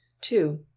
two